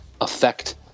affect